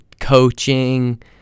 coaching